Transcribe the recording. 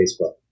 Facebook